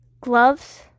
gloves